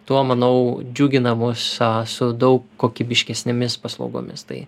tuo manau džiugina mus su daug kokybiškesnėmis paslaugomis tai